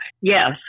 yes